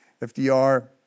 FDR